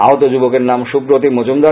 আহত যুবকের নাম সুপ্রতিম মজুমদার